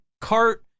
cart